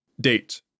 Date